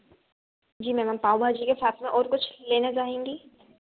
जी madam pav bhaji के साथ में और कुछ लेना चाहेंगी